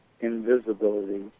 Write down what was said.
invisibility